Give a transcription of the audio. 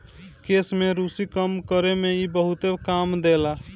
केश में रुसी कम करे में इ बहुते काम देला